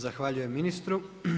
Zahvaljujem ministru.